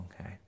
Okay